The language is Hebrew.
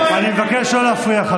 אני מבקש שלא להפריע,